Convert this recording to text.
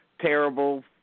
terrible